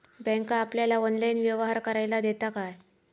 Bank आपल्याला online व्यवहार करायला देता काय?